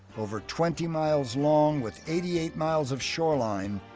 over twenty miles long with eighty eight miles of shoreline,